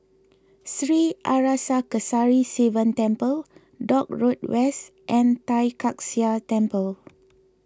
Sri Arasakesari Sivan Temple Dock Road West and Tai Kak Seah Temple